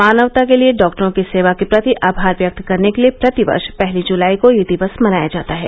मानवता के लिए डॉक्टरों की सेवा के प्रति आभार व्यक्त करने के लिए प्रति वर्ष पहली जुलाई को यह दिवस मनाया जाता है